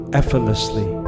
effortlessly